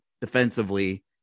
defensively